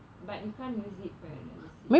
but you can't use it for your analysis